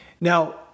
Now